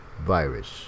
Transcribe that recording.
virus